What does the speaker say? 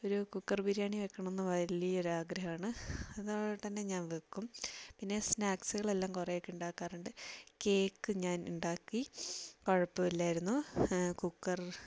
ഒരു കുക്കർ ബിരിയാണി വയ്ക്കണം എന്ന് വലിയ ഒരു ആഗ്രഹമാണ് അതുപോലെതന്നെ ഞാന് വയ്ക്കും പിന്നെ സ്നാക്ക്സുകൾ എല്ലാം കുറെയൊക്കെ ഉണ്ടാക്കാറുണ്ട് കേക്ക് ഞാന് ഇണ്ടാക്കി കുഴപ്പമില്ലായിരുന്നു കുക്കര്